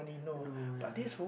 no lah